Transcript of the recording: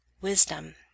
wisdom